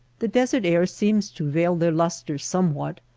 the desert air seems to veil their lustre somewhat,